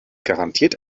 garantiert